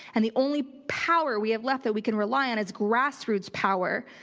and the only power we have left that we can rely on is grassroots power.